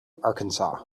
arkansas